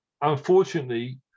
unfortunately